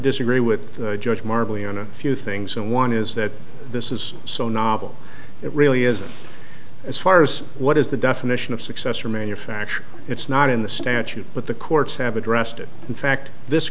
disagree with judge marbling on a few things and one is that this is so novel it really isn't as far as what is the definition of success or manufacture it's not in the statute but the courts have addressed it in fact this